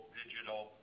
digital